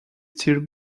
still